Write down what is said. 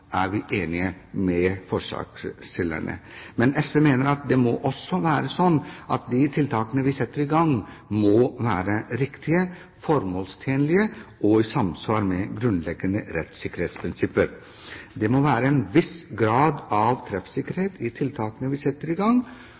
er vi enige med forslagsstillerne. Men SV mener at det også må være slik at de tiltakene vi setter i gang, må være riktige, formålstjenlige og i samsvar med grunnleggende rettssikkerhetsprinsipper. Det må være en viss grad av treffsikkerhet i de tiltakene vi setter i gang.